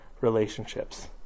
relationships